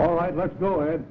all right let's go ahead